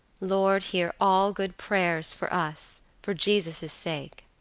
lord hear all good prayers for us, for jesus' sake.